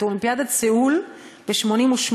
את אולימפיאדת סיאול ב-1988,